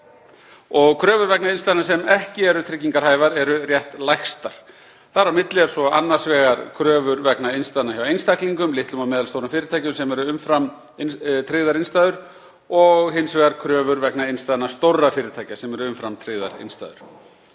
og kröfur vegna innstæðna sem ekki eru tryggingarhæfar eru réttlægstar. Þar á milli eru svo annars vegar kröfur vegna innstæðna hjá einstaklingum, litlum og meðalstórum fyrirtækjum sem eru umfram tryggðar innstæður og hins vegar kröfur vegna innstæðna stórra fyrirtækja sem eru umfram tryggðar innstæður.